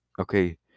Okay